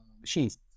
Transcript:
machines